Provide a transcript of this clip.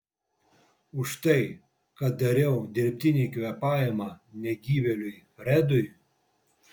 už tai kad dariau dirbtinį kvėpavimą negyvėliui fredui